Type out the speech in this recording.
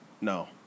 no